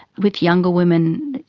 with younger women,